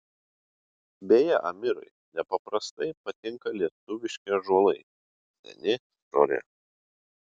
beje amirai nepaprastai patinka lietuviški ąžuolai seni stori